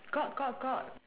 got got got